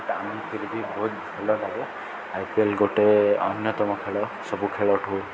ଆମେ ଫିରଭୀ ବହୁତ ଭଲ ଲାଗେ ଆଇ ପି ଏଲ୍ ଗୋଟେ ଅନ୍ୟତମ ଖେଳ ସବୁ ଖେଳ ଠୁ